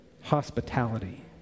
hospitality